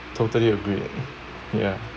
totally agree ya